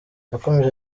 yakomeje